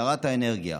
לשרת האנרגיה.